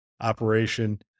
operation